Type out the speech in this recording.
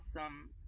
awesome